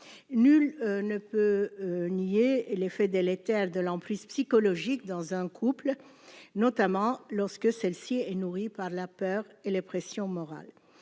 nul ne peut nier et l'effet délétère de l'plus psychologique dans un couple notamment lorsque celle-ci est nourrie par la peur et les pressions morales